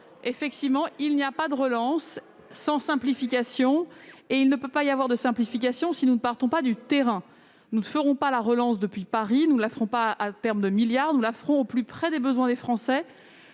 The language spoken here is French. Effectivement, il n'y a pas de relance sans simplification, et il ne peut y avoir de simplification si nous ne partons pas du terrain. Nous ne ferons pas la relance depuis Paris, à coups de milliards d'euros ; nous la ferons au plus près des besoins des Français,